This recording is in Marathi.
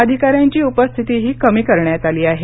अधिकाऱ्यांची उपस्थितीही कमी करण्यात आली आहे